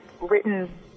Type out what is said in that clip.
written